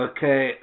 Okay